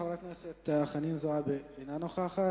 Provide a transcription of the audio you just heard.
חברת הכנסת חנין זועבי, אינה נוכחת.